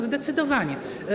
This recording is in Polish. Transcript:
Zdecydowanie.